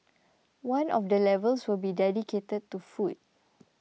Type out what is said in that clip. one of the levels will be dedicated to food